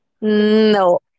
no